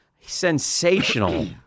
Sensational